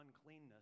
uncleanness